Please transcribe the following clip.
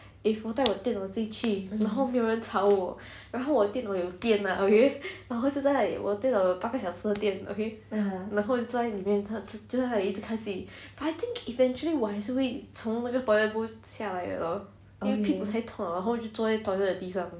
if 我带我的电脑自己去然后没有人吵我然后我的电脑有电 lah okay 然后现在我的电脑有半个小时的电然后是在里面就一直看戏 but I think eventually 我还是会从那的 toilet bowl 下来的因为屁股会痛 ah 然后我就坐在 toilet 的地上